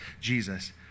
Jesus